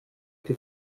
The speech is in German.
die